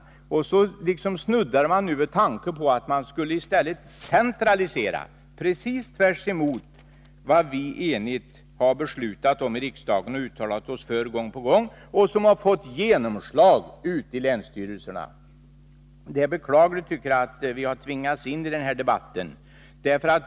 Nu snuddar man i stället vid tanken på att man skulle centralisera — precis tvärtemot det som vi enigt i riksdagen har beslutat om och uttalat oss för gång på gång och som har fått genomslag ute i länsstyrelserna. Det är beklagligt att vi har tvingats in i den här debatten.